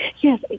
Yes